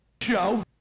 show